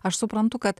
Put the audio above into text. aš suprantu kad